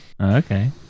Okay